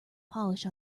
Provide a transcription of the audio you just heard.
polish